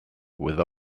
with